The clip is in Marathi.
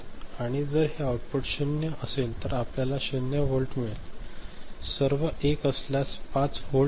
आणि जर हे आउटपुट 0 असेल तर आपल्याला 0 व्होल्ट मिळेल सर्व 1 असल्यास 5 व्होल्ट मिळेल